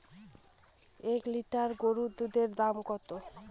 এক লিটার গরুর দুধের দাম কত?